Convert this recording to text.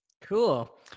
Cool